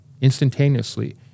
instantaneously